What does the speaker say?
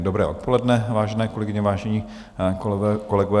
Dobré odpoledne, vážené kolegyně, vážení kolegové.